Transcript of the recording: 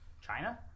China